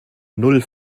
null